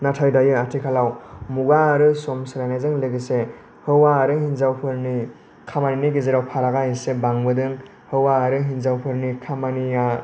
नाथाय दायो आथिखालआव मुगा आरो सम सोलायनायजों लोगोसे हौवा आरो हेन्जावफोरनि खामायनाय गेजेराव फारागा एसे बांबोदों हौवा आरो हेन्जावफोरनि खामानिया